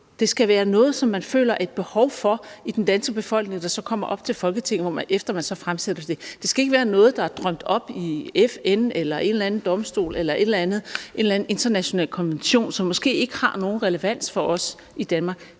Det skal være noget, som man føler et behov for i den danske befolkning, der så kommer op i Folketinget, hvor man så fremsætter det. Det skal ikke være noget, der er drømt i FN eller ved en eller anden domstol eller i en anden international konvention, som måske ikke har nogen relevans for os i Danmark.